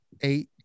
eight